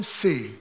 see